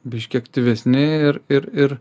biški aktyvesni ir ir ir